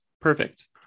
Perfect